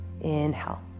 Inhale